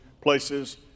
places